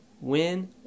Win